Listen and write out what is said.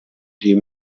die